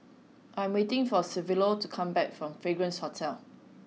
I am waiting for Silvio to come back from Fragrance Hotel